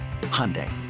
Hyundai